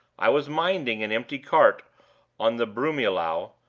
i was minding an empty cart on the broomielaw,